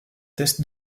tests